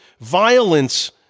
Violence